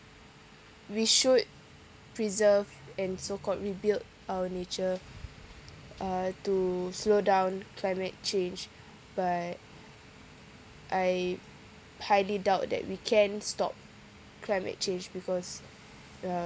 we should preserve and so called rebuild our nature uh to slow down climate change but I highly doubt that we can stop climate change because uh